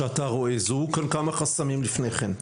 זוהו כאן כמה חסמים לפני כן.